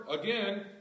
again